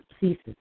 ceases